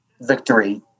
victory